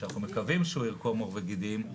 שאנחנו מקווים שהוא ירקום עור וגידים,